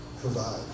provide